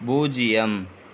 பூஜ்ஜியம்